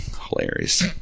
Hilarious